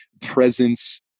presence